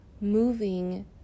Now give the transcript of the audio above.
moving